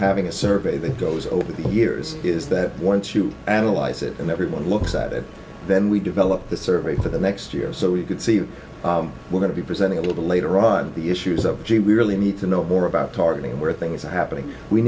having a survey that goes over the years is that once you analyze it and everyone looks at it then we develop the survey for the next year so we can see if we're going to be present a little bit later on the issues of gee we really need to know more about targeting where things are happening we